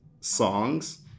songs